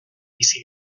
bizi